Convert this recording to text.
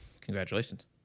congratulations